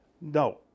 no